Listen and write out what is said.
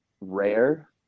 rare